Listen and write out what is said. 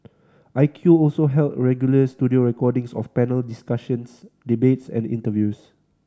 I Q also held regular studio recordings of panel discussions debates and interviews